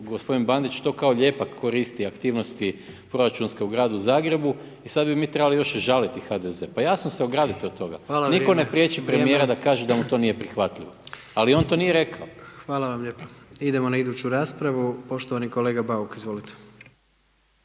gospodin Bandić to kao lijepak koristi aktivnosti proračunske u gradu Zagrebu i sada bi mi trebali još žaliti HDZ. Pa jasno se ograditi od toga. Nitko ne priječi premijera da kaže da mu to nije prihvatljivo ali on to nije rekao. **Jandroković, Gordan (HDZ)** Hvala vam lijepa. Idemo na iduću raspravu, poštovani kolega Bauk, izvolite.